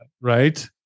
Right